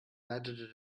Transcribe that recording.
leitete